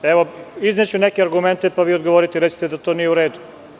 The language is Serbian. Izneću neke argumente, pa vi odgovorite i recite da to nije u redu.